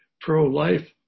pro-life